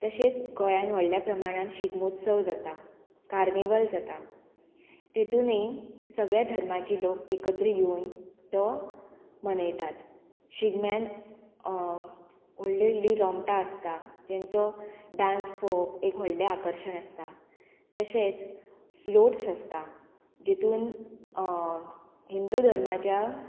तशेंच गोंयान व्हडल्या प्रमाणान शिगमोत्सव जाता कार्निवल जाता तेतुनूय सगळ्या धर्माची लोक एकत्र येवन तो मनयतात शिगम्यान व्हडलीं व्हडलीं रोंमटां आसता तेंचो डांस पळोवप एक व्हडलें आकर्शण आसता तशेंच फ्लोट्स आसता जितून हिंदू धर्माच्या